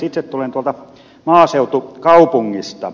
itse tulen maaseutukaupungista